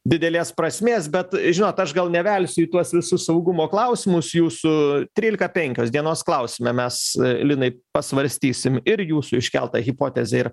didelės prasmės bet žinot aš gal nevelsiu į tuos visus saugumo klausimus jūsų trylika penkios dienos klausime mes linai pasvarstysim ir jūsų iškeltą hipotezę ir